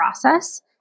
process